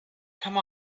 come